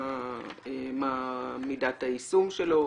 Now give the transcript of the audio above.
מה מידת היישום שלו,